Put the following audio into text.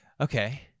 Okay